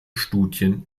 studien